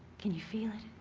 can you feel it?